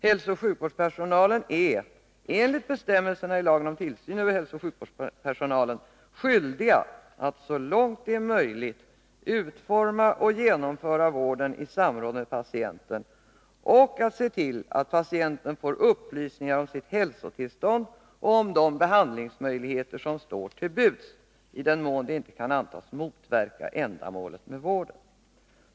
Hälsooch sjukvårdspersonalen är enligt bestämmelser i lagen om tillsyn över hälsooch sjukvårdspersonalen m.fl. skyldig att så långt det är möjligt utforma och genomföra vården i samråd med patienten och att se till att patienten får upplysningar om sitt hälsotillstånd och om de behandlingsmöjligheter som står till buds, i den mån detta inte kan antas motverka ändamålet med vården.